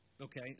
Okay